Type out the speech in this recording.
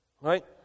right